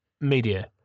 media